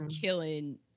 killing